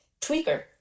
tweaker